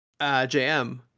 JM